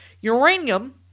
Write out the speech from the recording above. Uranium